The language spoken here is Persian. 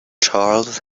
چارلز